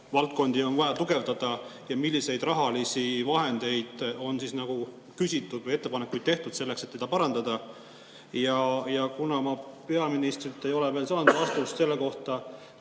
valdkondi on vaja tugevdada ja milliseid rahalisi vahendeid on küsitud, milliseid ettepanekuid on tehtud, selleks et seda parandada? Kuna ma peaministrilt ei ole veel saanud vastust selle kohta,